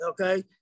okay